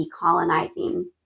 decolonizing